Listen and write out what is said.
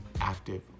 active